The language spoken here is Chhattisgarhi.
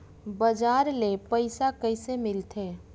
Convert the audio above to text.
बजार ले पईसा कइसे मिलथे?